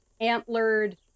antlered